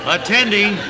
Attending